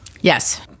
Yes